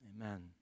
Amen